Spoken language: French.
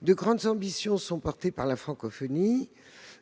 De grandes ambitions sont portées par la francophonie,